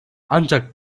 ancak